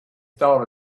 thought